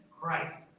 Christ